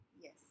Yes